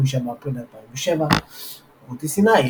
5 באפריל 2007 רותי סיני,